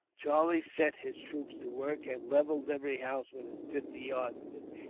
charlie set his troops to work, and levelled every house within fifty yards of it,